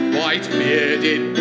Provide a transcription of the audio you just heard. White-bearded